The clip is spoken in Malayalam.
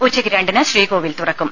ഉച്ചയ്ക്ക് രണ്ടിന് ശ്രീകോവിൽ തുറക്കും